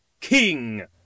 king